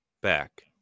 back